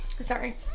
Sorry